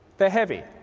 they're heavy.